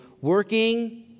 working